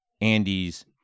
Andy's